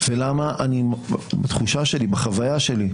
גלעד והחברים הנוספים,